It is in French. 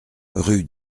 rue